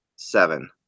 Seven